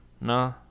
Nah